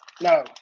No